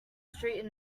street